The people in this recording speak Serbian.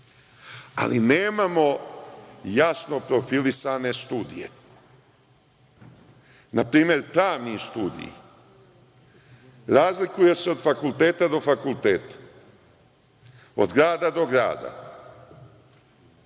ali nemamo jasno profilisane studije. Na primer, pravni studiji razlikuju se od fakulteta do fakulteta, od grada do grada.